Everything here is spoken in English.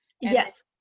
Yes